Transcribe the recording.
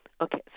Okay